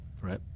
Right